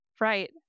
Right